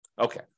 Okay